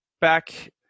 back